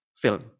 film